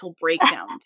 breakdown